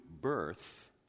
birth